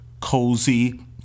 cozy